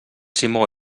simó